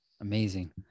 Amazing